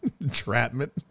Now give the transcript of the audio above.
entrapment